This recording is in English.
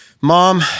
Mom